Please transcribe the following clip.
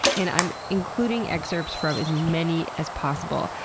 and i'm including excerpts from as many as possible.